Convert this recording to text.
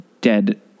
dead